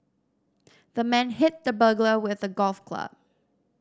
the man hit the burglar with a golf club